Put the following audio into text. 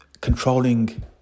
controlling